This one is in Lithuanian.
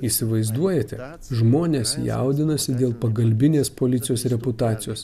įsivaizduojate žmonės jaudinasi dėl pagalbinės policijos reputacijos